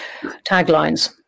taglines